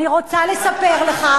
אני רוצה לספר לך,